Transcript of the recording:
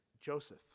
Joseph